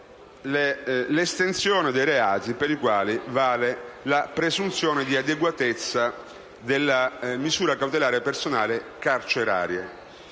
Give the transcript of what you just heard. la riduzione dei reati per i quali vale la presunzione di adeguatezza della misura cautelare personale carceraria.